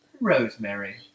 Rosemary